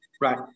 Right